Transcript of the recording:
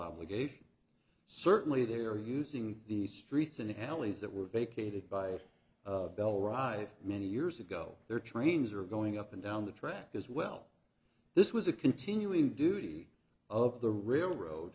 obligation certainly they are using the streets and alleys that were vacated by bell rive many years ago their trains are going up and down the track as well this was a continuing duty of the railroad